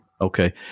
Okay